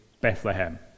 Bethlehem